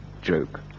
joke